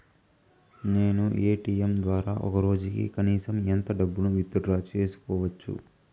నేను ఎ.టి.ఎం ద్వారా ఒక రోజుకి కనీసం ఎంత డబ్బును విత్ డ్రా సేసుకోవచ్చు?